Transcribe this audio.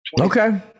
Okay